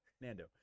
Nando